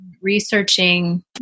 researching